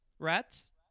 Rats